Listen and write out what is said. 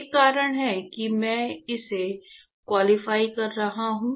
एक कारण है कि मैं इसे क्वालीफाई कर रहा हूं